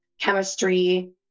chemistry